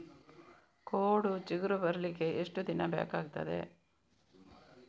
ಕೋಡು ಚಿಗುರು ಬರ್ಲಿಕ್ಕೆ ಎಷ್ಟು ದಿನ ಬೇಕಗ್ತಾದೆ?